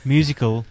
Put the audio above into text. Musical